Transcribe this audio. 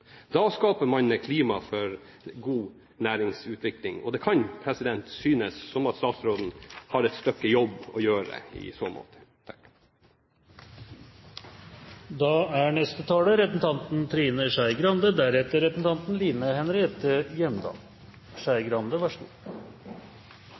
Da skaper man klima for god næringsutvikling, og det kan synes som om statsråden har et stykke jobb å gjøre i så måte. Venstre kommer i dag til å stemme for lovendringene som er